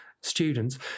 students